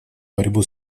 борьбу